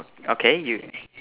okay you